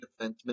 defenseman